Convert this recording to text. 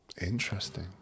Interesting